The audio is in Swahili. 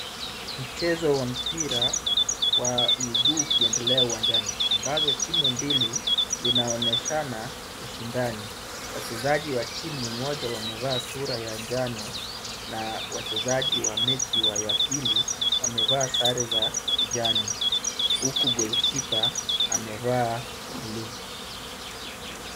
Mchezo wa mpira wa miguu ukiendelea uwanjani ambapo timu mbili zinaonyesha na ushindani. Wachezaji wa timu moja wamevaa sura ya njano na wachezaji wa mechi ya pili wamevaa sare za kijani huku golikipa amevaa bluu.